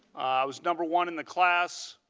was number one in the class.